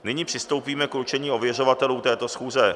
Nyní přistoupíme k určení ověřovatelů této schůze.